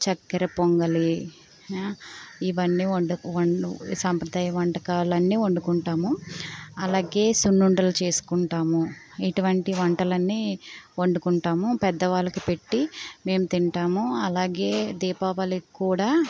చక్కెర పొంగలి ఇవన్నీ వండు సాంప్రదాయ వంటకాలన్నీ వండుకుంటాము అలాగే సున్నుండలు చేసుకుంటాము ఇటువంటి వంటలన్నీ వండుకుంటాము పెద్దవాళ్ళకు పెట్టి మేము తింటాము అలాగే దీపావళికి కూడా